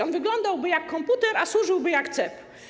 On wyglądałby jak komputer, a służyłby jak cep.